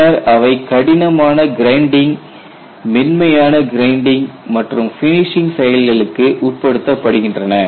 பின்னர் அவை கடினமான கிரைண்டிங் மென்மையான கிரைண்டிங் மற்றும் ஃபினிஷிங் செயல்களுக்கு உட்படுத்தப்படுகின்றன